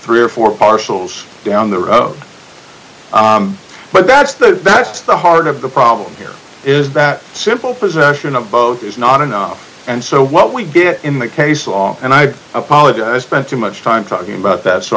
three or four parcels down the road but that's the that's the heart of the problem here is that simple possession of both is not enough and so what we did in the case law and i apologize spent too much time talking about that so